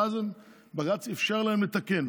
ואז בג"ץ אפשר להם לתקן.